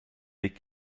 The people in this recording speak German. weg